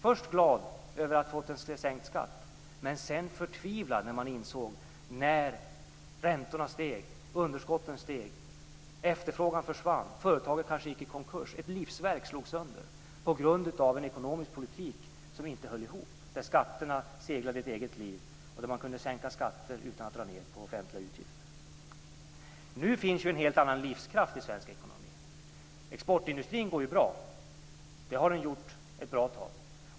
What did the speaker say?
Först blev de glada över att få en sänkt skatt, men sedan förtvivlade när de såg att räntorna steg, underskottet ökade, efterfrågan försvann och företaget kanske gick i konkurs. Ett livsverk slogs sönder på grund av en ekonomisk politik som inte höll ihop, där skatterna levde ett eget liv och där man kunde sänka skatter utan att dra ned på offentliga utgifter. Nu finns en helt annan livskraft i svensk ekonomi. Exportindustrin går bra. Det har den gjort ett bra tag.